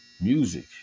music